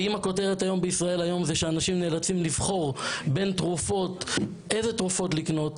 הכותרת בישראל היום היא שאנשים נאלצים לבחור איזה תרופות לקנות.